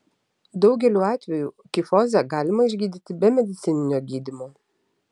daugeliu atvejų kifozę galima išgydyti be medicininio gydymo